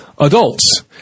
adults